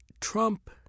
Trump